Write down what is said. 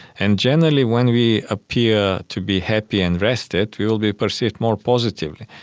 and generally when we appear to be happy and rested, we will be perceived more positively.